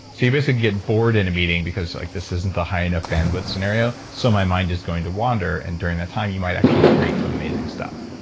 so you basically get bored in a meeting, because like this isn't the high enough bandwidth scenario, so my mind is going to wander. and during that time, you might actually create some amazing stuff.